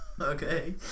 Okay